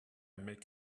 make